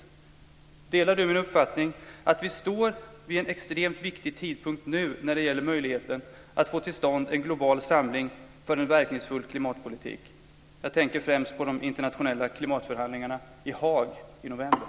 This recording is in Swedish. Delar Kjell Larsson min uppfattning att vi står vid en extremt viktig tidpunkt nu när det gäller möjligheten att få till stånd en global samling till en verkningsfull klimatpolitik? Jag tänker främst på de internationella klimatförhandlingarna i Haag i november.